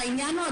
העניין הוא,